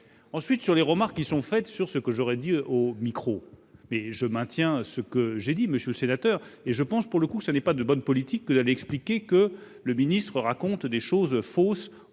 monsieur Daunis, sur des propos que j'aurais tenus à ce micro. Je maintiens ce que j'ai dit, monsieur le sénateur, et je pense pour le coup que ce n'est pas de bonne politique que d'aller expliquer que le ministre raconte des choses fausses